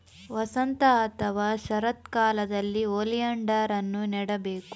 ವಸಂತ ಅಥವಾ ಶರತ್ಕಾಲದಲ್ಲಿ ಓಲಿಯಾಂಡರ್ ಅನ್ನು ನೆಡಬೇಕು